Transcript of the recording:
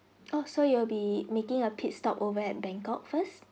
oh so you will be making a pit stop over at bangkok first